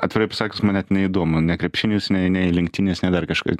atvirai pasakius man net neįdomu nei krepšinis nei nei lenktynės nei dar kažkai